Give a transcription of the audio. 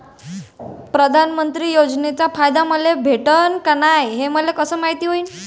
प्रधानमंत्री योजनेचा फायदा मले भेटनं का नाय, हे मले कस मायती होईन?